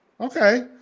okay